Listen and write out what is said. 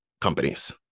companies